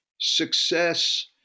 success